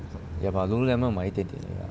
ya but Lululemon 我买一点点